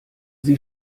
sie